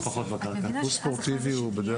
--- טיפוס ספורטיבי זה בתוך